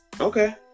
Okay